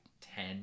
ten